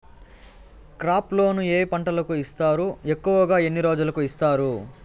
crop loan ఏ పంటలకు ఇస్తారు ఎక్కువగా ఎన్ని రోజులకి ఇస్తారు